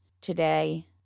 today